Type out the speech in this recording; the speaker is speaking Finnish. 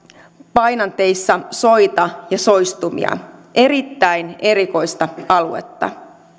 painanteissa soita ja soistumia erittäin erikoista aluetta